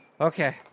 Okay